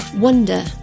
wonder